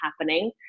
happening